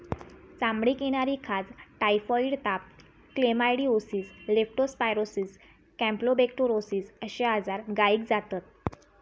चामडीक येणारी खाज, टायफॉइड ताप, क्लेमायडीओसिस, लेप्टो स्पायरोसिस, कॅम्पलोबेक्टोरोसिस अश्ये आजार गायीक जातत